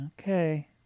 Okay